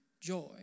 joy